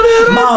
Mom